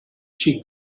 she